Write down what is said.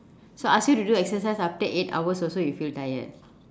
so ask you to do exercise after eight hours also you feel tired